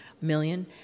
million